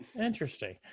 Interesting